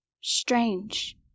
Strange